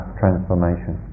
transformation